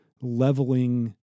leveling—